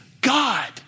God